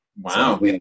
Wow